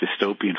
dystopian